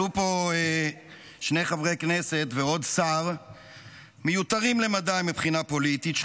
עלו לפה שני חברי כנסת ועוד שר מיותרים למדי מבחינה פוליטית,